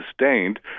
sustained